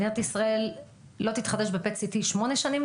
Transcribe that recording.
מדינת ישראל לא תתחדש ב-PET-CT שמונה שנים,